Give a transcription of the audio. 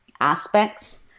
aspects